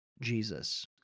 Jesus